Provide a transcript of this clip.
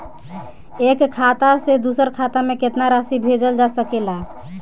एक खाता से दूसर खाता में केतना राशि भेजल जा सके ला?